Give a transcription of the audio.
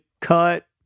cut